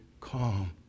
calm